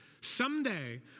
Someday